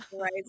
right